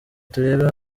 turebere